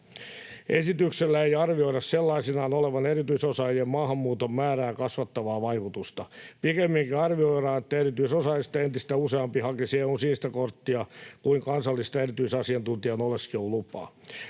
Esityksellä ei arvioida sellaisenaan olevan erityisosaajien maahanmuuton määrää kasvattavaa vaikutusta. Pikemminkin arvioidaan, että erityisosaajista entistä useampi hakisi EU:n sinistä korttia kuin kansallista erityisasiantuntijan oleskelulupaa.